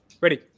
Ready